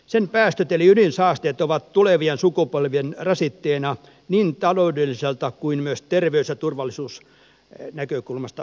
sen päästöt eli ydinsaasteet ovat tulevien sukupolvien rasitteena niin taloudellisesta kuin myös terveys ja turvallisuusnäkökulmasta tarkasteltuna